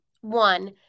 One